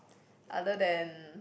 other than